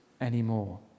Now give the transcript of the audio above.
anymore